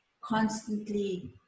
constantly